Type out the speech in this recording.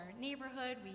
neighborhood